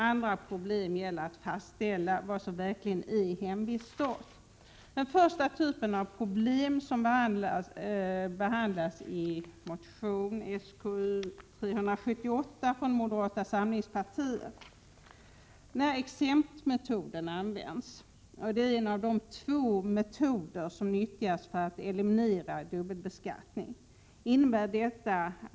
Andra problem gäller att fastställa vilket land som egentligen är hemvistland. Den första typen av problem behandlas i motion Sk378 från moderata samlingspartiet. En av de två metoder som nyttjas för att eliminera dubbelbeskattning är exemptmetoden.